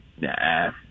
nah